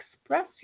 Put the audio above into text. express